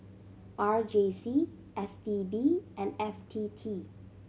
R J C S T B and F T T